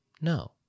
No